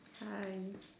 hi